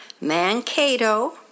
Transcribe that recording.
Mankato